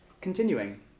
Continuing